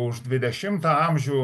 už dvidešimtą amžių